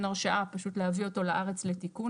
הרשאה פשוט להביא אותו לארץ לתיקון,